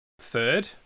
third